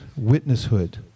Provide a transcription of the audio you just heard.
witnesshood